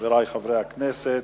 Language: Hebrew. חברי חברי הכנסת,